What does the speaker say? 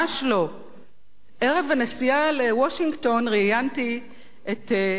ערב הנסיעה לוושינגטון ראיינתי את לאה רבין,